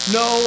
no